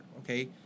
okay